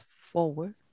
forward